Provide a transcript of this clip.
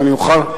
ואני אוכל,